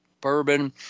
bourbon